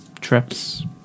trips